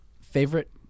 favorite